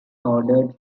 ordered